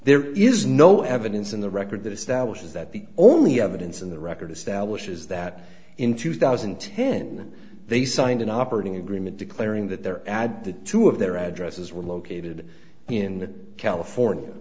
there is no evidence in the record that establishes that the only evidence in the record establishes that in two thousand and ten they signed an operating agreement declaring that their ad the two of their addresses were located in california